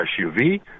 SUV